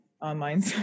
online